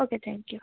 okay thank you